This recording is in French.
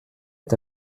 est